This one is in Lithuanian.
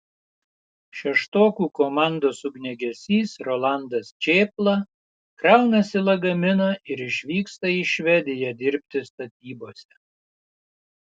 šeštokų komandos ugniagesys rolandas čėpla kraunasi lagaminą ir išvyksta į švediją dirbti statybose